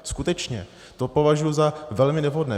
Skutečně, to považuji za velmi nevhodné.